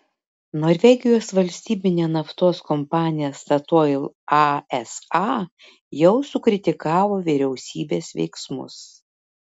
norvegijos valstybinė naftos kompanija statoil asa jau sukritikavo vyriausybės veiksmus